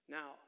Now